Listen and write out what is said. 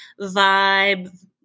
vibe